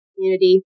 community